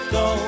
go